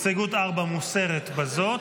הסתייגות 4 מוסרת בזאת.